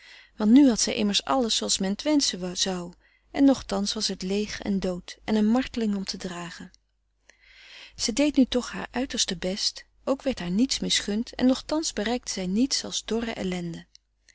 want nu had zij immers alles zooals men t wenschen zou en nogtans was het leeg en dood en een marteling om te frederik van eeden van de koele meren des doods dragen zij deed nu toch haar uiterste best ook werd haar niets misgund en nogtans bereiktte zij niets als dorre ellende